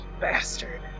bastard